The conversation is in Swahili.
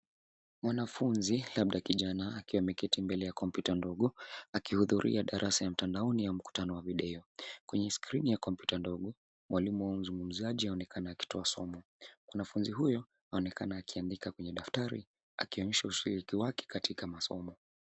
Mwanafunzi, labda kijana akiwa ameketi mbele ya kompyuta ndogo akihudhuria darasa la mtandaoni au mkutano wa video. Kwenye skrini ya kompyuta ndogo, mwalimu au mzungumzaji anaonekana akitoa somo. Mwanafunzi huyo anaonekana akiandika kwenye daftari akionyesha ushiriki wake katika masomo.